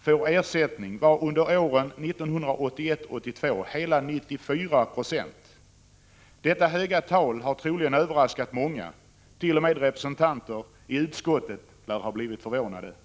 får ersättning var under åren 1981-1982 hela 94 96. Detta höga tal har troligen överraskat många, t.o.m. representanter i utskottet lär ha blivit förvånade.